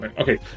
Okay